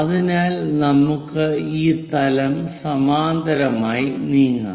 അതിനാൽ നമുക്ക് ഈ തലം സമാന്തരമായി നീങ്ങാം